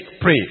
Pray